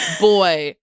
Boy